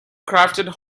crafted